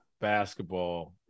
basketball